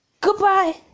Goodbye